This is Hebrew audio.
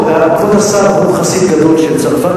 כבוד השר הוא חסיד גדול של צרפת,